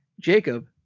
Jacob